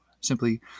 Simply